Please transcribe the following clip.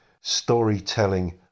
storytelling